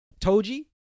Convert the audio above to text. Toji